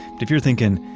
if you're thinking,